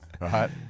Right